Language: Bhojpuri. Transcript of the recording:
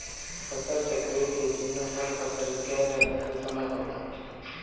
फसल चक्रीय खेती में हर फसल कअ निर्धारित समय होला